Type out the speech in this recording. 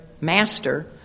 master